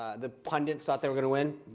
ah the pundits thought they were going to win.